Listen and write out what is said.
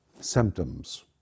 symptoms